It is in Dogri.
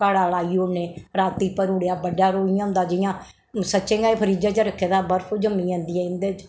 घड़ा लाई ओड़ने रातीं भरी ओड़ेआ बडलै इ'यां होंदा जि'यां सच्चें गै फ्रिज्जा च रक्खे दा बर्फ जम्मी जंदी ऐ इं'दे च